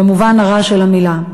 במובן הרע של המילה,